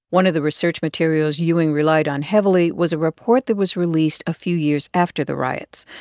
one of the research materials ewing relied on heavily was a report that was released a few years after the riots.